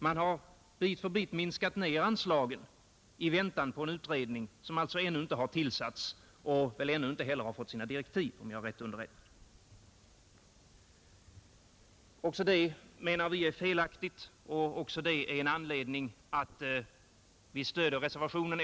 Man har bit för bit minskat anslaget i väntan på en utredning, som alltså ännu inte har tillsatts och som väl ännu inte heller har fått sina direktiv, om jag är riktigt underrättad. Detta menar vi är felaktigt, och även det är en anledning till att vi stöder reservationen.